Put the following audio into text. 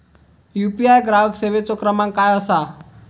UPI ग्राहक सेवेचो क्रमांक काय असा?